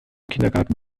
kindergarten